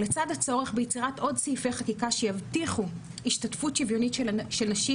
לצד הצורך ביצירת עוד סעיפי חקיקה שיבטיחו השתתפות שוויונית של נשים,